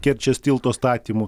kerčės tilto statymu